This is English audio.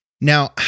Now